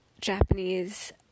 Japanese